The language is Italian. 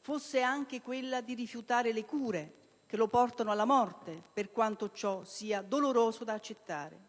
fosse anche quella di rifiutare le cure, una volontà che porta alla morte, per quanto ciò sia doloroso da accettare.